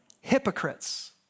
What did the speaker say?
hypocrites